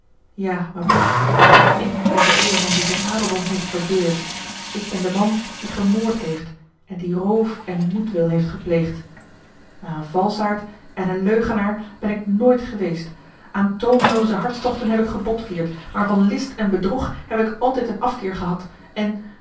ja mabelia ik ben de edelman die zijn adeldom heeft verbeurd ik ben de man die gemoord heeft en die roof en moedwil heeft gepleegd maar een valschaard en een leugenaar ben ik nooit geweest aan toomelooze hartstochten heb ik botgevierd maar van list en bedrog heb ik altijd een afkeer gehad en